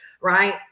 right